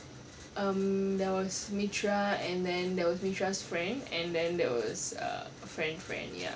um there was mitra and then there was mitra friend and then there was err friend friend ya